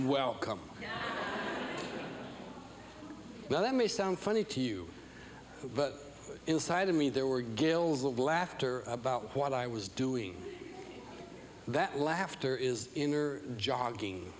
well well that may sound funny to you but inside of me there were gills of laughter about what i was doing that laughter is in your jogging